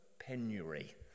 penury